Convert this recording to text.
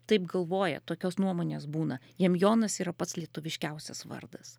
taip galvoja tokios nuomonės būna jiem jonas yra pats lietuviškiausias vardas